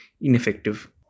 ineffective